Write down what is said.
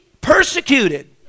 persecuted